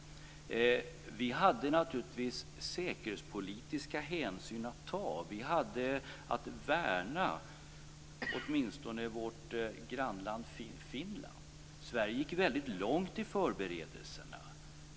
Vi hade naturligtvis säkerhetspolitiska hänsyn att ta. Vi hade åtminstone att värna vårt grannland Finland. Sverige gick väldigt långt i förberedelserna.